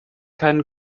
keinen